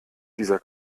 dieser